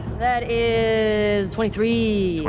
that is twenty three.